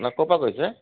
ন ক'ৰ পৰা কৈছে